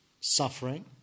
suffering